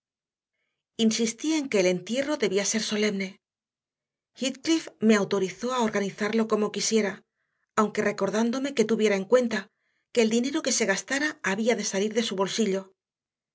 en que el entierro debía ser solemne heathcliff me autorizó a organizarlo como quisiera aunque recordándome que tuviera en cuenta que el dinero que se gastara había de salir de su bolsillo